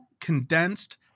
condensed